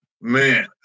Man